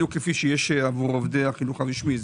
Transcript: בדיוק כפי שיש עבור עובדי החינוך הרשמי,